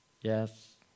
Yes